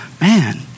Man